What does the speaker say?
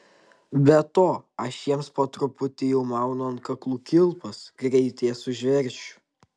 be to aš jiems po truputį jau maunu ant kaklų kilpas greit jas užveršiu